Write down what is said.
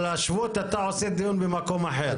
על השבות אתה עושה דיון במקום אחר.